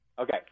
Okay